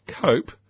cope